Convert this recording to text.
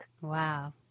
Wow